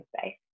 space